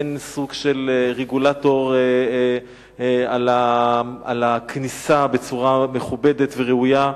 הן סוג של רגולטור על הכניסה בצורה מכובדת וראויה,